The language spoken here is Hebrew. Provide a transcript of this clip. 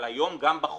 אבל היום גם בחוק,